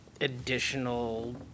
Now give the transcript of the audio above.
additional